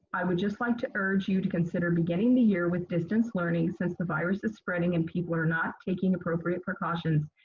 i would just like to urge you to consider beginning the year with distance learning since the virus is spreading and people are not taking appropriate precautions.